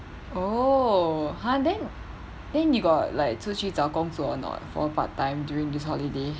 oh !huh! then then you got like 出去找工作 or not for part time during this holiday